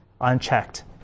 unchecked